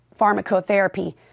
pharmacotherapy